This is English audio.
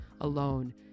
alone